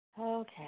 Okay